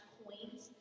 points